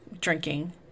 drinking